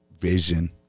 vision